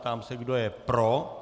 Ptám se, kdo je pro.